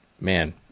man